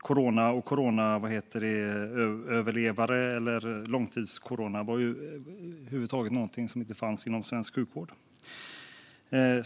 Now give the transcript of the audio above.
Coronaöverlevare eller människor med långtidscorona har ju över huvud taget inte funnits tidigare inom svensk sjukvård.